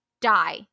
die